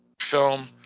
film